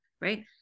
right